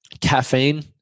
Caffeine